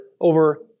over